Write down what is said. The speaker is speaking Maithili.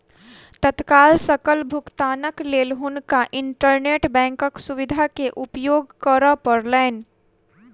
तत्काल सकल भुगतानक लेल हुनका इंटरनेट बैंकक सुविधा के उपयोग करअ पड़लैन